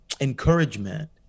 encouragement